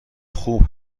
خوب